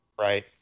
Right